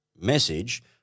message